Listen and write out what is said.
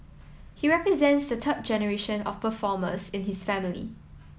he represents the third generation of performers in his family